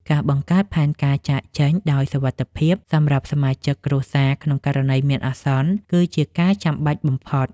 ការបង្កើតផែនការចាកចេញដោយសុវត្ថិភាពសម្រាប់សមាជិកគ្រួសារក្នុងករណីមានអាសន្ន គឺជាការចាំបាច់បំផុត។